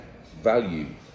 value